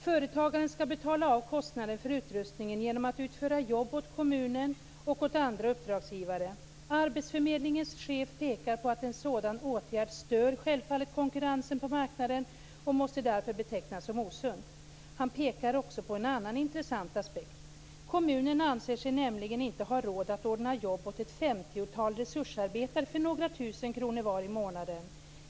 Företagaren skall betala av kostnaden för utrustningen genom att utföra jobb åt kommunen och åt andra uppdragsgivare. Arbetsförmedlingens chef pekar på att en sådan åtgärd självfallet stör konkurrensen på marknaden och därför måste betecknas som osund. Han pekar också på en annan intressant aspekt. Kommunen anser sig nämligen inte ha råd att ordna jobb åt ett femtiotal resursarbetare för några tusen kronor var i månaden.